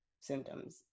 symptoms